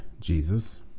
Jesus